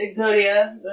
Exodia